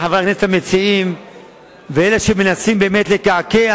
לחברי הכנסת המציעים ולאלה שמנסים באמת לקעקע